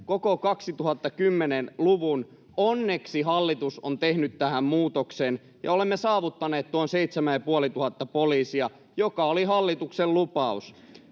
koko 2010-luvun. Onneksi hallitus on tehnyt tähän muutoksen, ja olemme saavuttaneet tuon seitsemän- ja puolituhatta poliisia, mikä oli hallituksen lupaus.